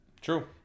True